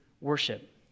worship